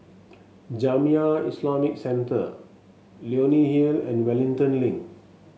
Jamiyah Islamic Centre Leonie Hill and Wellington Link